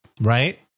right